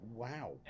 Wow